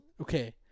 Okay